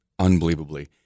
Unbelievably